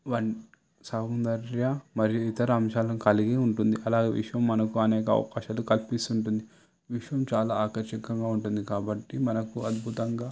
వంటి సౌందర్య మరియు ఇతర అంశాలను కలిగి ఉంటుంది అలాగే విశ్వం మనకు అనేక అవకాశాలు కల్పిస్తుంటుంది విశ్వం చాలా ఆకర్షకంగా ఉంటుంది కాబట్టి మనకు అద్భుతంగా